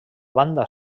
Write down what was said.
banda